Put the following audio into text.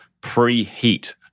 pre-heat